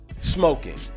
smoking